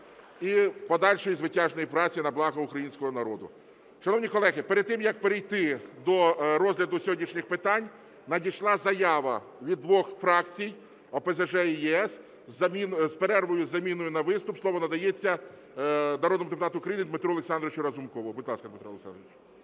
і подальшої звитяжної праці на благо українського народу. Шановні колеги, перед тим як перейти до розгляду сьогоднішніх питань, надійшла заява від двох фракцій, ОПЗЖ і "ЄС", про перерву з заміною на виступ. Слово надається народному депутату України Дмитру Олександровичу Разумкову. Будь ласка, Дмитро Олександрович.